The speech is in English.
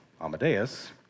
Amadeus